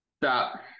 Stop